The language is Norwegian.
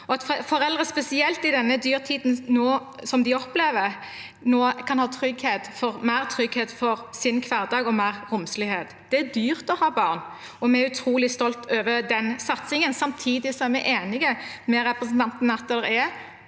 foreldre, spesielt i denne dyrtiden som de opplever nå, kan ha mer trygghet for sin hverdag og mer romslighet. Det er dyrt å ha barn, og vi er utrolig stolte over den satsingen. Samtidig er vi enig med representanten